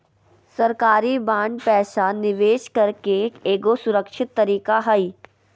सरकारी बांड पैसा निवेश करे के एगो सुरक्षित तरीका हय